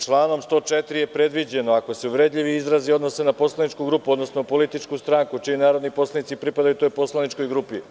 Članom 104. je predviđeno – ako se uvredljivi izrazi odnose na poslaničku grupu, odnosno političku stranku čiji narodni poslanici pripadaju toj poslaničkoj grupi.